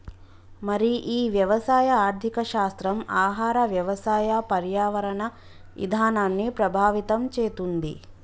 మరి ఈ వ్యవసాయ ఆర్థిక శాస్త్రం ఆహార వ్యవసాయ పర్యావరణ ఇధానాన్ని ప్రభావితం చేతుంది